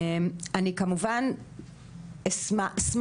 אני כמובן שמחה,